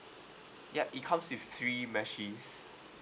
yup it comes with three meshes